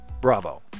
bravo